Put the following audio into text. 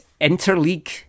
interleague